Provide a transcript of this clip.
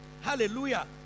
Hallelujah